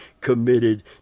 committed